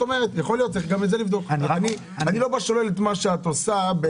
אולי היה אפשר ללכת קצת יותר אחורה כמו